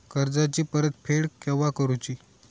कर्जाची परत फेड केव्हा करुची?